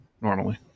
normally